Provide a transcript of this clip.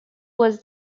was